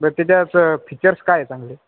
बर त्याच्याच फीचर्स काय आहे चांगले